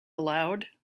aloud